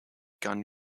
gun